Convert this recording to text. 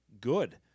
good